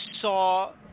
saw